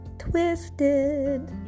twisted